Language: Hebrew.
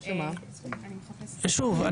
שוב,